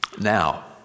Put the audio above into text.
now